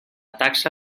taxa